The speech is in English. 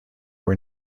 were